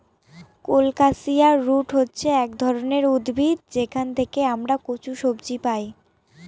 colocasia root হচ্ছে এক ধরনের উদ্ভিদ যেখান থেকে আমরা কচু সবজি পাই